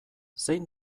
zein